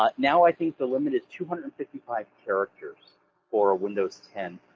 ah now i think the limit is two hundred and fifty five characters for windows ten.